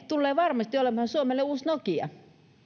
tulee varmasti suomelle uusi nokia